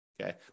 Okay